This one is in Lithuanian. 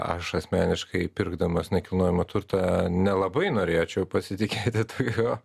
aš asmeniškai pirkdamas nekilnojamą turtą nelabai norėčiau pasitikėti tokiu